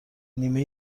نیمه